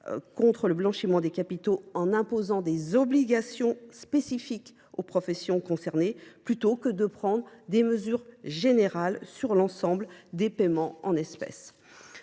contre le blanchiment des capitaux, en imposant des obligations spécifiques aux professions concernées, plutôt que de prendre des mesures générales sur l’ensemble des paiements en espèces.